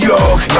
York